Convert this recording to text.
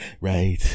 right